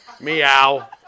meow